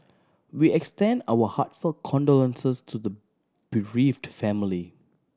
we extend our heartfelt condolences to the bereaved family